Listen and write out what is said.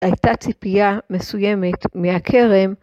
הייתה ציפייה מסוימת מהכרם.